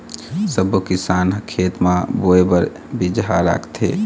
सब्बो किसान ह खेत म बोए बर बिजहा राखथे